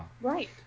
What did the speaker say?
Right